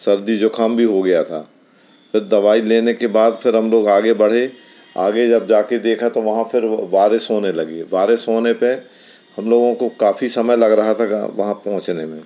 सर्दी जुखाम भी हो गया था और दवाई लेने के बाद फिर हम लोग आगे बढ़े आगे जब जा कर देखा तो वहाँ फिर बारिश होने लगी बारिश होने पर हम लोगों को काफ़ी समय लग रहा था वहाँ पहुँचने में